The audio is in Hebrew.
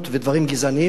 וצריך להעמיד אותו לדין.